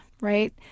right